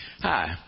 Hi